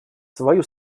свою